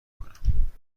میکنم